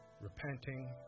repenting